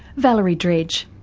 valerie dredge,